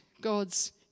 God's